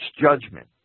judgment